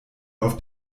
auf